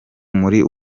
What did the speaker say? muri